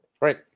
right